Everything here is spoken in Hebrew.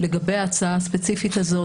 לגבי ההצעה הספציפית הזאת,